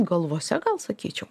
galvose gal sakyčiau